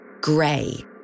gray